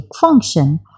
function